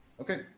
okay